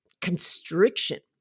constriction